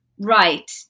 right